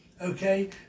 okay